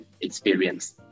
experience